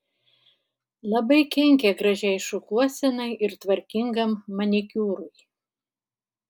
labai kenkia gražiai šukuosenai ir tvarkingam manikiūrui